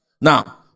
now